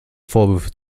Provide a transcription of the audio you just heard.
vorwürfe